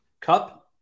cup